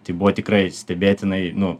tai buvo tikrai stebėtinai nu